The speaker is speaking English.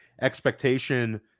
expectation